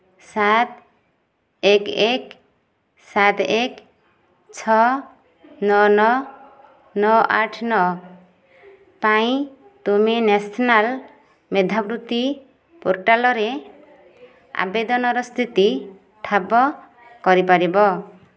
ସାତ ଏକ ଏକ ସାତ ଏକ ଛଅ ନଅ ନଅ ନଅ ଆଠ ନଅ ପାଇଁ ତୁମେ ନ୍ୟାସନାଲ ମେଧାବୃତ୍ତି ପୋର୍ଟାଲରେ ଆବେଦନର ସ୍ଥିତି ଠାବ କରିପାରିବ